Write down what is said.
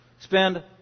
spend